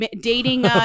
Dating